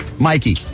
Mikey